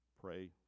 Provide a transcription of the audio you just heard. pray